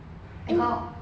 I got